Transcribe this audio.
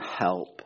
help